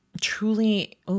truly